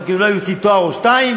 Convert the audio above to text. גם אולי הוא יוציא תואר או שניים.